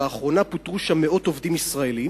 באחרונה פוטרו שם מאות עובדים ישראלים,